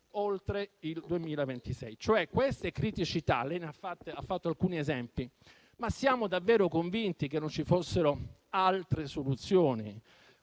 oltre il 2026. Per queste criticità, di cui ha fatto alcuni esempi, siamo davvero convinti che non ci fossero altre soluzioni?